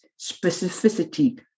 specificity